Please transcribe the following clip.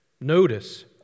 notice